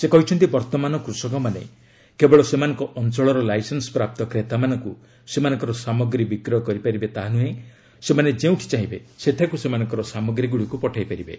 ସେ କହିଛନ୍ତି ବର୍ତ୍ତମାନ କୃଷକମାନେ କେବଳ ସେମାନଙ୍କ ଅଞ୍ଚଳର ଲାଇସେନ୍ନ ପ୍ରାପ୍ତ କ୍ରେତାମାନଙ୍କୁ ସେମାନଙ୍କର ସାମଗ୍ରୀ ବିକ୍ରୟ କରିବେ ତାହା ନୁହେଁ ସେମାନେ ଯେଉଁଠି ଚାହିଁବେ ସେଠାକୁ ସେମାନଙ୍କର ସାମଗ୍ରୀଗୁଡ଼ିକୁ ପଠାଇ ପାରିବେ